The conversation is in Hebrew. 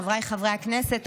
חבריי חברי הכנסת,